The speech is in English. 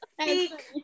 Speak